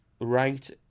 right